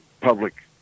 public